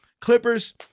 Clippers